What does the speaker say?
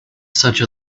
such